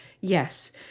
yes